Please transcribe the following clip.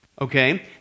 Okay